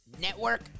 network